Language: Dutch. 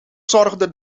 zorgde